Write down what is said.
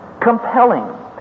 compelling